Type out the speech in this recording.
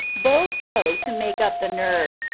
both go to make up the nerve,